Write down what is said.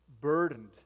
burdened